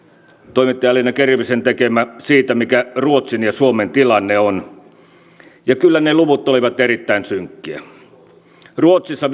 toimittaja elina kervisen tekemä siitä mikä ruotsin ja suomen tilanne on ja kyllä ne luvut olivat erittäin synkkiä ruotsissa